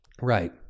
Right